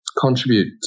contribute